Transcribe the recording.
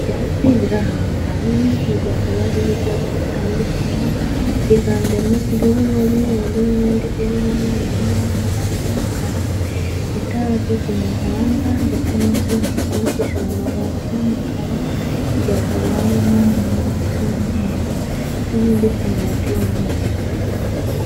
Ibyatsi biri ahantu hanini hirya kaba hari ibyapa bitandukanye byiganjemo ubururu n'umweru n'ibindi umweru n'amagambo y'umukara itara ryo ku muhanda ndetse n'inzu yubakishije amabati y'umukararya hakaba harimo inkingi z'umweru ndetse n'indi ifite amabati y'umweruru.